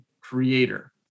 creator